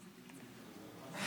ו'